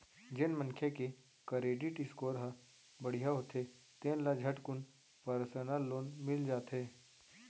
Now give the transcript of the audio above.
जेन मनखे के करेडिट स्कोर ह बड़िहा होथे तेन ल झटकुन परसनल लोन मिल जाथे